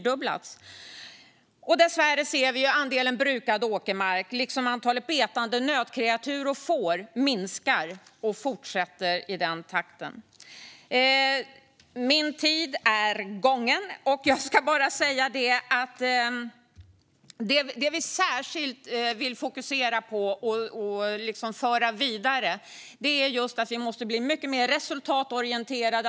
Dessvärre ser vi också att andelen brukad åkermark, liksom antalet betande nötkreatur och får, minskar - och att minskningen fortsätter. Min talartid är slut, men jag ska säga att det vi särskilt vill fokusera på och föra vidare är att vi måste bli mycket mer resultatorienterade.